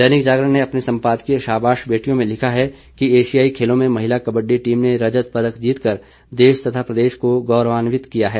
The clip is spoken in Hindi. दैनिक जागरण ने अपने संपादकीय शाबाश बेटियों में लिखा है कि एशियाई खेलों में महिला कबडडी टीम ने रजत पदक जीतकर देश तथा प्रदेश को गौरवान्वित किया है